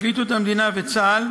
לפרקליטות המדינה ולצה"ל